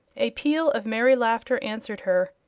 a peal of merry laughter answered her,